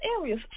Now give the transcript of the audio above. areas